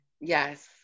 yes